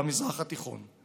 ולמזרח התיכון.